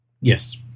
Yes